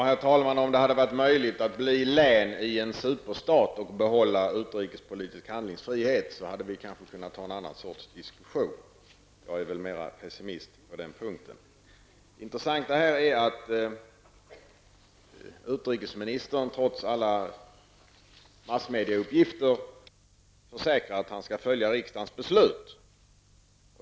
Herr talman! Om det hade varit möjligt för Sverie att bli ett län i en superstat och behålla sin utrikespolitiska handlingsfrihet hade vi kanske kunnat ta en annan sorts diskussion. Jag är väl mera pessimistisk på den punkten. Det intressanta är att utrikesministern, trots alla massmedieuppgifter, försäkrar att han skall följa riksdagens beslut.